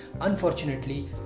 unfortunately